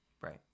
Right